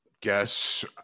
guess